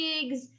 gigs